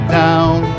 down